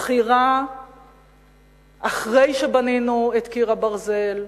הבחירה אחרי שבנינו את קיר הברזל,